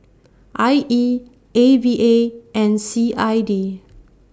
I E A V A and C I D